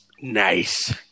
Nice